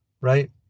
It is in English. right